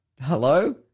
hello